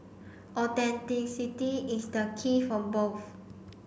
authenticity is the key for both